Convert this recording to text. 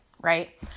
Right